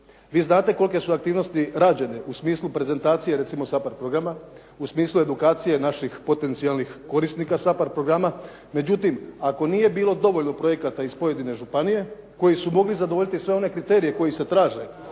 Vi znate kolike su aktivnosti rađene u smislu prezentacije recimo SAPARD programa, u smislu edukacije naših potencijalnih korisnika SAPARD programa. Međutim, ako nije bilo dovoljno projekata iz pojedine županije koji su mogli zadovoljiti sve one kriterije koji se traže